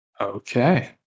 Okay